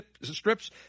strips